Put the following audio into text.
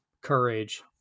courage